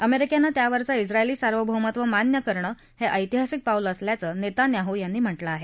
अमेरिकेनं त्यावरचं झिएली सार्वभौमत्व मान्य करणं हे ऐतिहासिक पाऊल असल्याचं नेतान्याहू यांनी म्हटलं आहे